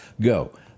go